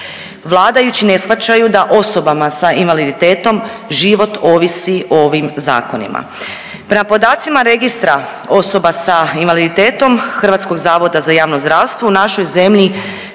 Vladajući ne shvaćaju da osobama sa invaliditetom život ovisi o ovim zakonima. Prema podacima registra osoba sa invaliditetom HZJZ u našoj zemlji